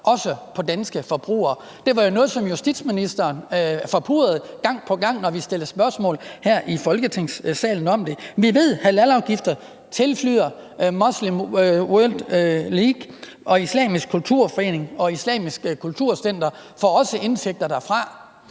også på danske forbrugere. Det var jo noget, som justitsministeren forpurrede gang på gang, når vi stillede spørgsmål her i Folketingssalen om det. Vi ved, at halalafgifter tilflyder Muslim World League, og Islamisk Kulturforening og Islamisk Kulturcenter får også indtægter derfra.